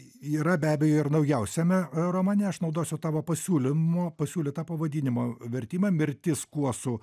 yra be abejo ir naujausiame romane aš naudosiu tavo pasiūlymo pasiūlytą pavadinimo vertimą mirtis kuosų